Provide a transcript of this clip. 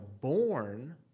born